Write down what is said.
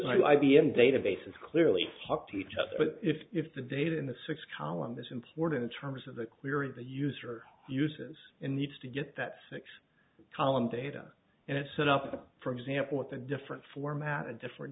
b m databases clearly talk to each other but if the data in the six column this important in terms of the query the user uses in needs to get that six column data and it's set up for example with a different format and different